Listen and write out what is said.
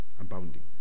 Abounding